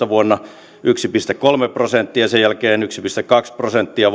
vuonna seitsemäntoista kasvaa yksi pilkku kolme prosenttia ja sen jälkeen yksi pilkku kaksi prosenttia